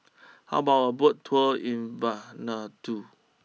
how about a Boat tour in Vanuatu